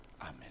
Amen